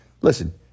listen